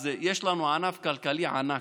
אז יש לנו ענף כלכלי ענק,